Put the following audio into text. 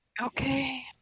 Okay